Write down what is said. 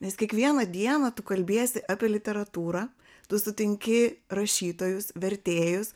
nes kiekvieną dieną tu kalbiesi apie literatūrą tu sutinki rašytojus vertėjus